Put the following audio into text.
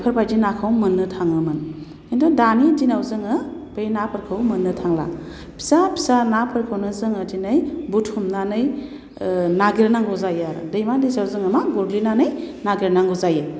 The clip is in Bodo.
बेफोरबायदि नाखौ मोन्नो थाङोमोन खिन्थु दानि दिनाव जोङो बे नाफोरखौ मोन्नो थांला फिसा फिसा नाफोरखौनो जोङो दिनै बुथुमनानै नागिरनांगौ जायो आरो दैमा दैसायाव जोङो मा गुरग्लिनानै नागिरनांगौ जायो